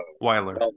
Weiler